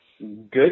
good